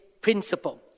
principle